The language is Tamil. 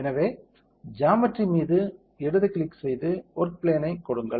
எனவே ஜாமெட்ரி மீது இடது கிளிக் செய்து ஒர்க் பிளேன் ஐ கொடுங்கள்